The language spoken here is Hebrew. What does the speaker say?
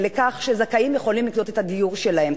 שזכאים יכולים לקנות את הדיור שלהם,